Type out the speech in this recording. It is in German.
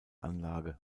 anlage